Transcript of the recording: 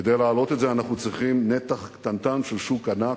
כדי להעלות את זה אנחנו צריכים נתח קטנטן של שוק ענק,